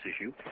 issue